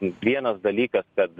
vienas dalykas kad